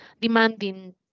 demanding